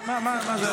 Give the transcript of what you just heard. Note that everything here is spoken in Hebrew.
מה זה?